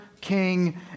King